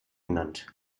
genannt